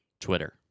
Twitter